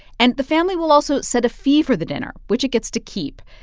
and the family will also set a fee for the dinner, which it gets to keep.